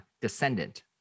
descendant